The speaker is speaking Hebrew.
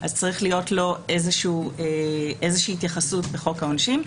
צריכה להיות איזה התייחסות בחוק העונשין,